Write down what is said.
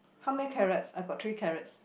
how many carrots I got three carrots